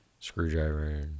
Screwdriver